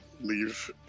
leave